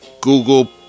Google